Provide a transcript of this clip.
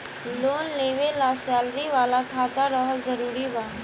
Loan लेवे ला salary वाला खाता रहल जरूरी बा?